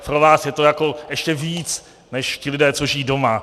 Pro vás je to jako ještě víc než ti lidé, co žijí doma.